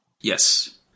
Yes